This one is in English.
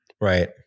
Right